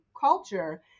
culture